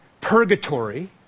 purgatory